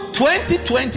2020